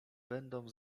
będą